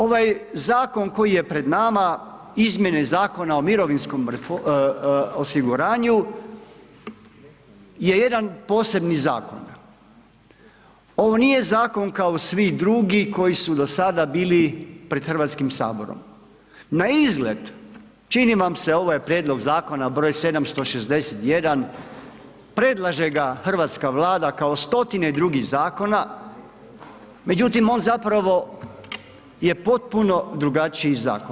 Ovaj zakon koji je pred nama, izmjene Zakona o mirovinskom osiguranju je jedan posebni zakon, ovo nije zakon kao svi drugi koji su do sada bili pred HS, naizgled čini vam se ovo je prijedlog zakona br. 761, predlaže ga hrvatska Vlada kao stotine drugih zakona, međutim on zapravo je potpuno drugačiji zakon.